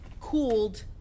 cooled